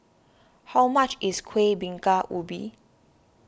how much is Kueh Bingka Ubi